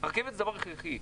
הרכבת זה דבר הכרחי.